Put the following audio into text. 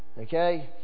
Okay